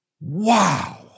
Wow